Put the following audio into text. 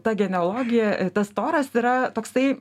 ta genealogija tas toras yra toks tai